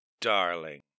darling